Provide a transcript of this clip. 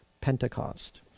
Pentecost